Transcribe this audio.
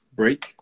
break